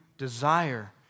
Desire